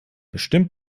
bestimmt